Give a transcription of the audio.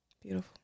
Beautiful